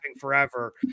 forever